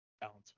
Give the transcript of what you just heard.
balance